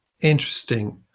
interesting